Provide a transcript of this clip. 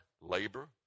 labor